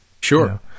Sure